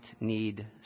need